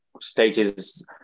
stages